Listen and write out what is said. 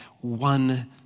one